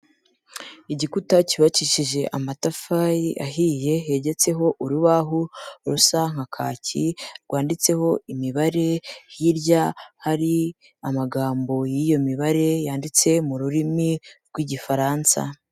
Igikuta cyubakishije amatafari ahiye, hegetseho urubaho rusa nka kaki rwanditseho imibare; hirya hari amagambo y'iyo mibare, yanditse mu rurimi rw'Igifaransa.